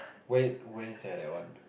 when when sia that one